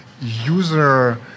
user